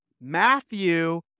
Matthew